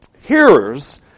hearers